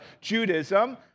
Judaism